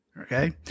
Okay